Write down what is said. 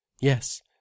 Yes